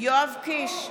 יואב קיש,